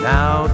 Now